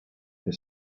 for